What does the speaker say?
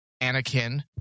Anakin